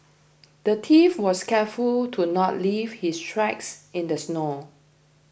the thief was careful to not leave his tracks in the snow